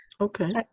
Okay